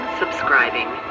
subscribing